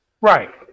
Right